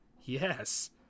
yes